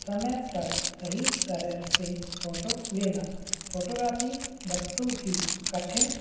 समय पर सही तरह से फोटो लेना फोटोग्राफी वस्तु ही कठिन